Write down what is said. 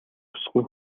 бүсгүй